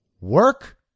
work